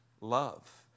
love